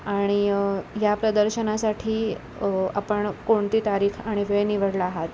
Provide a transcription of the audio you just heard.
आणि या प्रदर्शनासाठी आपण कोणती तारीख आणि वेळ निवडला आहात